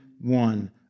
one